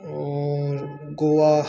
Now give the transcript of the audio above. और गोवा